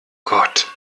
gott